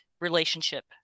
relationship